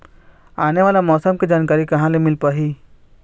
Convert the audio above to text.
आने वाला मौसम के जानकारी कहां से मिल पाही?